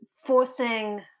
forcing